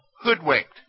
hoodwinked